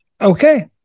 Okay